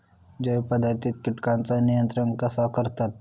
जैव पध्दतीत किटकांचा नियंत्रण कसा करतत?